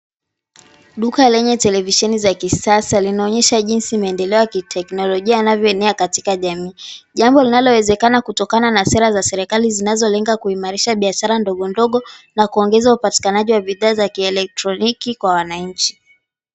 Duka lenye televisheni za kisasa linaonyesha jinsi maendeleo ya teknolojia anavyoenea katika jamii. Jambo linalowezekana kutokana na sera za serikali zinazolenga kuimarisha biashara ndogo ndogo, na kuongeza upatikanaji wa bidhaa za kielektroniki kwa wananchi.